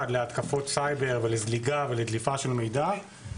להתקפות סייבר ולזליגה ולדליפה של מיגע.